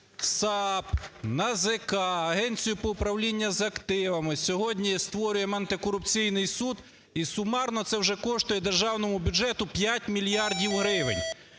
САП, НАЗК, Агенцію по управлінню з активами, сьогодні створюємо антикорупційний суд, і сумарно це вже коштує державному бюджету 5 мільярдів гривень.